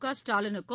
கஸ்டாலினுக்கும்